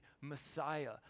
Messiah